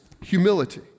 humility